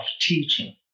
teaching